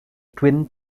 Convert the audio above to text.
twin